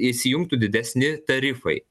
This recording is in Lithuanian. įsijungtų didesni tarifai